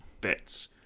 bits